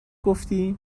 گفتی